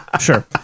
Sure